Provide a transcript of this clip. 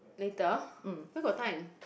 later where got time